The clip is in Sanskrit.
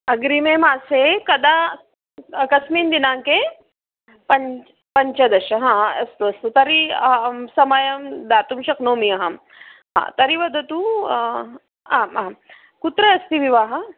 अग्रिमे मासे कदा कस्मिन् दिनाङ्के पञ्च पञ्चदश हा हा अस्तु अस्तु तर्हि अहं समयं दातुं शक्नोमि अहं हा तर्हि वदतु आम् आं कुत्र अस्ति विवाहः